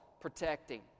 protecting